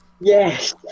Yes